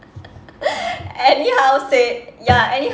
anyhow say ya anyhow